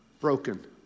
broken